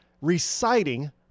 reciting